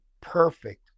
perfect